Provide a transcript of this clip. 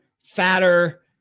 fatter